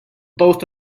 both